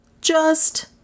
Just